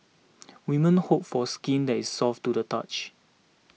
women hope for skin that is soft to the touch